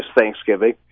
Thanksgiving